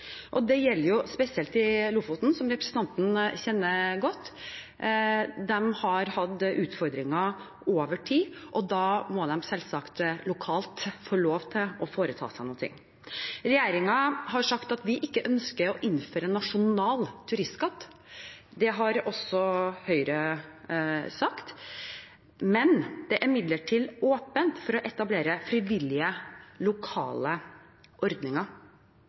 Det gjelder spesielt i Lofoten, som representanten kjenner godt. De har hatt utfordringer over tid, og da må de selvsagt få lov til å foreta seg noe lokalt. Regjeringen har sagt at vi ikke ønsker å innføre nasjonal turistskatt. Det har også Høyre sagt. Det er imidlertid åpent for å etablere frivillige lokale ordninger.